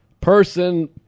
person